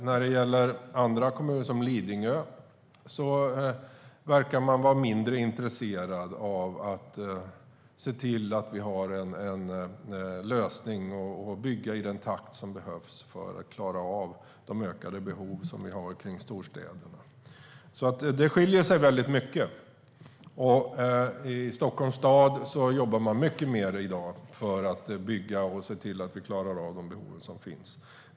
När det gäller andra kommuner, som Lidingö, verkar man vara mindre intresserad av att se till att vi har en lösning och av att bygga i den takt som behövs för att klara de ökade behov vi har i storstäderna. Det skiljer sig alltså väldigt mycket åt. I Stockholms stad jobbar man i dag mycket mer för att bygga och se till att vi klarar att möta de behov som finns.